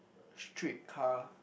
street car